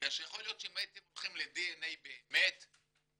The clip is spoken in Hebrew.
בגלל שיכול להיות שאם הייתם הולכים לדנ"א באמת אז